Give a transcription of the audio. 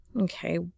Okay